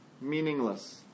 meaningless